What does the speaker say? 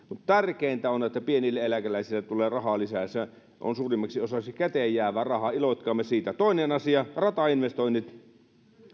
tärkeintä on on että pienille eläkeläisille tulee rahaa lisää se on suurimmaksi osaksi käteenjäävää rahaa iloitkaamme siitä toinen asia ratainvestoinnit